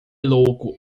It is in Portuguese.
louco